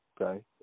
okay